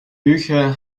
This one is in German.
bücher